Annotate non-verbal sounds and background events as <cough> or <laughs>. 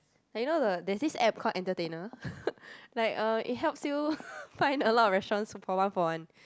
like you know the theres this app called entertainer <laughs> like uh it helps you <laughs> find a lot of restaurants for one for one